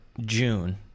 June